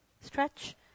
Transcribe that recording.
Stretch